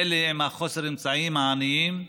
אלה עם חוסר האמצעים, העניים,